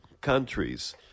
countries